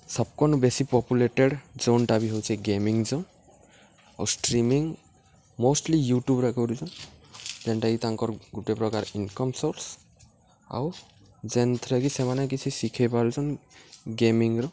ସବ୍କର୍ନୁ ବେଶି ପପୁଲେଟେଡ଼୍ ଜୋନ୍ଟା ବି ହଉଚେ ଗେମିଂ ଜୋନ୍ ଆଉ ଷ୍ଟ୍ରିମିଂ ମୋଷ୍ଟ୍ଲି ୟୁଟ୍ୟୁବ୍ରେ କରୁଚନ୍ ଯେନ୍ଟାକି ତାଙ୍କର ଗୁଟେ ପ୍ରକାର ଇନ୍କମ୍ ସୋର୍ସ୍ ଆଉ ଯେନ୍ଥିରେକି ସେମାନେ କିଛି ଶିଖେଇ ପାରୁଚନ୍ ଗେମିଂର